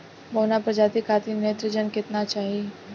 बौना प्रजाति खातिर नेत्रजन केतना चाही?